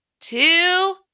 two